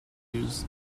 used